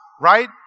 right